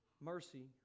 mercy